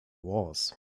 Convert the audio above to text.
was